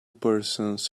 persons